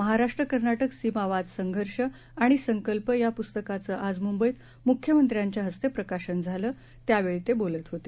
महाराष्ट्रकर्नाटकसीमावाद संघर्षआणिसंकल्पयापुस्तकाचंआजमुंबईतमुख्यमंत्र्यांच्याहस्तेप्रकाशनझालं त्यावेळीतेबोलतहोते